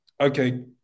okay